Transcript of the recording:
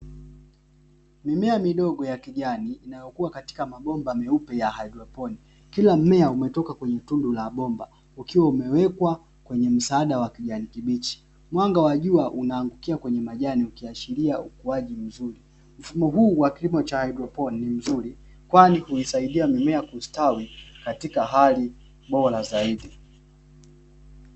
Mimea midogo ya kijani, inayokua katika mabomba meupe ya haidroponi. Kila mmea umetoka kwenye tundu la bomba ukiwa umewekwa kwenye msaada wa kijani kibichi. Mwanga wa jua unaangukia kwenye majani ukiashiria ukuaji mzuri. Mfumo huu wa kilimo cha haidroponi ni mzuri, kwani huisaidia mimea kustawi katika hali bora zaidi.